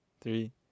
Three